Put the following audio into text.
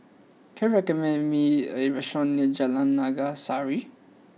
can you recommend me a restaurant near Jalan Naga Sari